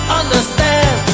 understand